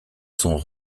sont